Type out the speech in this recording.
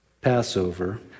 Passover